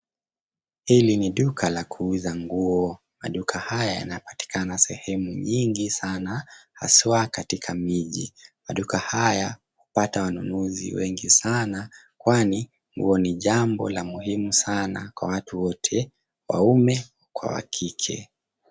Hili ni duka la kuuza nguo. Maduka haya yanapatikana sehemu nyingi sana haswa katika miji. Maduka haya upata wanunuzi wengi sana kwani nguo ni jambo la muhimu sana kwa watu wote waume kwa wakike.